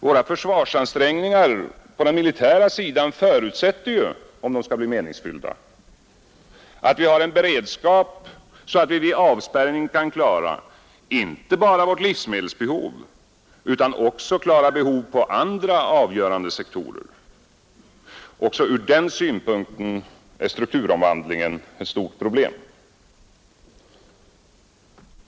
Våra försvarsansträngningar på den militära sidan förutsätter ju — om de skall bli meningsfyllda — att vi har en beredskap, så att vi vid avspärrning kan klara inte bara vårt livsmedelsbehov utan också behov på andra avgörande sektorer. Också från den synpunkten är strukturomvandlingen ett stort problem.